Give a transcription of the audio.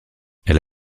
elle